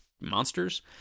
monsters